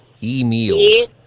E-Meals